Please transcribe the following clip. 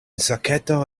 saketo